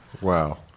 Wow